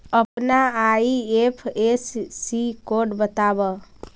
अपना IFSC code बतावअ